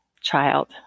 child